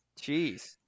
Jeez